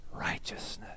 righteousness